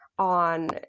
on